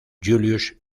julius